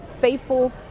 faithful